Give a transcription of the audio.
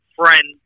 friend